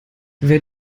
wer